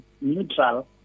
neutral